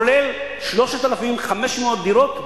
כולל 3,500 דירות בתל-אביב.